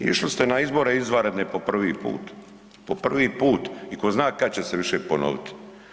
Išli ste na izbore izvanredne po prvi put, po prvi put i ko zna kada će se više ponovit.